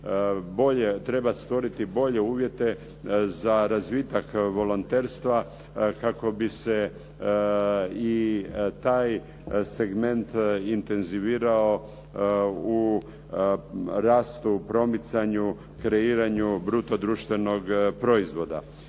treba stvoriti bolje uvjete za razvitak volonterstva kako bi se i taj segment intenzivirao u rastu, promicanju, kreiranju bruto društvenog proizvoda.